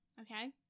okay